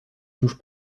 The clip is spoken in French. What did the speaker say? touche